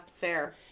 fair